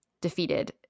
defeated